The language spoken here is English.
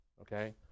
okay